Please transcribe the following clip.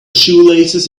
shoelaces